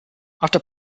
after